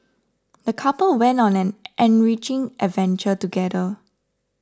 the couple went on an enriching adventure together